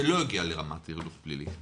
שלא הגיע לרמת הליך פלילי,